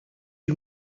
you